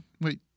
Wait